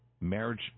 marriage